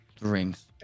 rings